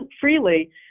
freely